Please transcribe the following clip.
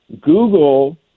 google